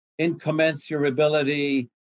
Incommensurability